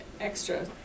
extra